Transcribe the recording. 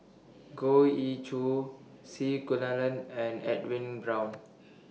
Goh Ee Choo C Kunalan and Edwin Brown